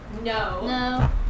No